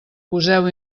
poseu